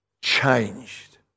changed